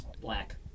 Black